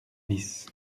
bis